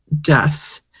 death